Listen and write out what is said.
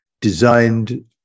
designed